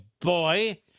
boy